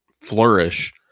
flourish